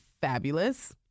fabulous